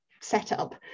setup